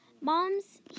Mom's